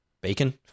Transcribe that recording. bacon